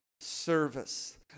service